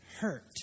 hurt